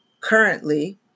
currently